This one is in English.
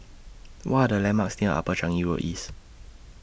What Are The landmarks near Upper Changi Road East